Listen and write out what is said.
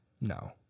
No